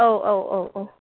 औ औ औ औ